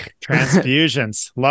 transfusions